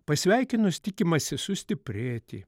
pasveikinus tikimasi sustiprėti